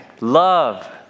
Love